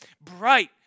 bright